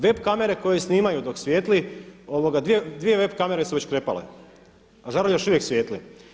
Web kamere koje snimaju dok svijetli, dvije web kamere su već krepale, a žarulja još uvijek svijetli.